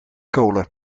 kolen